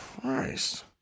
Christ